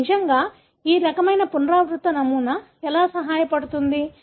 ఇది నిజంగా ఈ రకమైన పునరావృత నమూనా ఎలా సహాయపడుతుంది